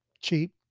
cheap